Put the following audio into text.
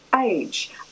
age